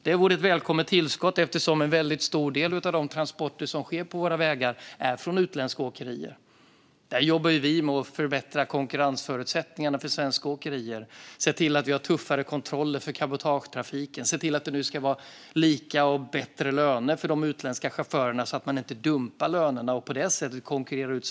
Det vore ett välkommet tillskott eftersom en stor del av transporterna på våra vägar utförs av utländska åkerier. Vi jobbar med att förbättra konkurrensförutsättningarna för svenska åkerier och se till att vi har tuffare kontroller för cabotagetrafiken och lika och bättre löner för de utländska chaufförerna, så att lönerna inte dumpas och svensk åkerinäring på det sättet konkurreras ut.